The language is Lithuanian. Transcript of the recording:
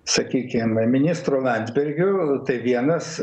sakykim ministrų atžvilgiu tai vienas